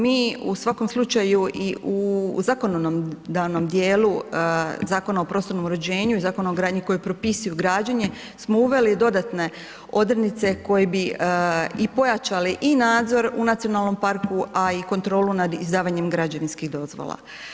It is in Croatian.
Mi u svakom slučaju i u zakonodavnom dijelu, Zakona o prostornom uređenju i Zakona o gradnji, koji propisuju građenje smo uveli dodatne odrednice koje bi i pojačale i nadzor u nacionalnom parku, a i kontrolu nad izdavanjem građevinskih dozvola.